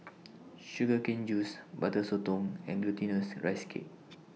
Sugar Cane Juice Butter Sotong and Glutinous Rice Cake